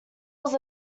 was